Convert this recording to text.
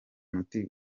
muti